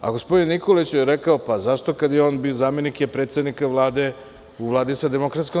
Gospodin Nikolić je rekao – zašto kad je on bio zamenik predsednika Vlade u Vladi sa DS.